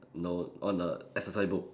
know on the exercise book